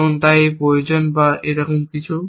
এবং এই প্রয়োজন বা এরকম কিছু